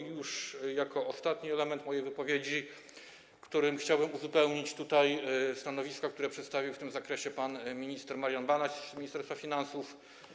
I już ostatni element mojej wypowiedzi, którym chciałbym uzupełnić stanowisko, które przedstawił w tym zakresie pan minister Marian Banaś z Ministerstwa Finansów.